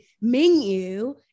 menu